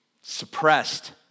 suppressed